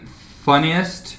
funniest